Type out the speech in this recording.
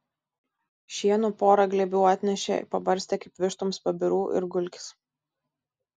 šieno pora glėbių atnešė pabarstė kaip vištoms pabirų ir gulkis